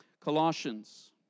Colossians